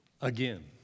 again